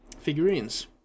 figurines